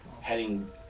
heading